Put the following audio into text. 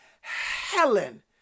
Helen